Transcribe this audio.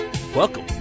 Welcome